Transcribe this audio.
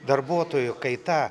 darbuotojų kaita